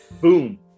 boom